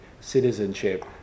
citizenship